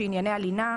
שענייני הלינה,